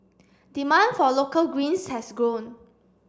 demand for local greens has grown